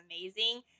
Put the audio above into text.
amazing